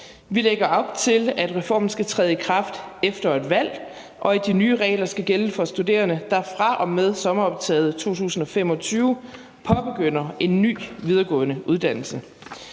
Vi lægger op til, at reformen skal træde i kraft efter et valg, og at de nye regler skal gælde for studerende, der fra og med sommeroptaget 2025 påbegynder en ny videregående uddannelse.